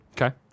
Okay